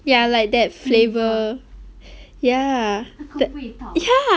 ya like that flavour 那个味道